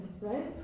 right